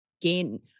gain